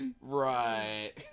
Right